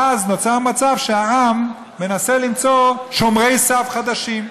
אז נוצר מצב שהעם מנסה למצוא שומרי סף חדשים.